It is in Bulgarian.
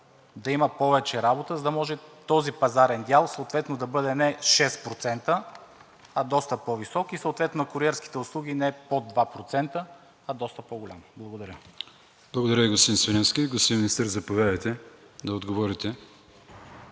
да има повече работа, за да може този пазарен дял съответно да бъде не 6%, а доста по-висок и съответно на куриерските услуги не под 2%, а доста по-голям. Благодаря Ви. ПРЕДСЕДАТЕЛ АТАНАС АТАНАСОВ: Благодаря, господин Свиленски. Господин Министър, заповядайте да отговорите